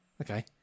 okay